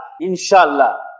inshallah